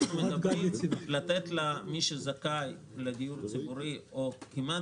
אנחנו מתכוונים לתת למי שזכאי לדיור ציבורי או כמעט